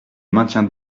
maintiens